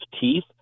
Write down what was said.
teeth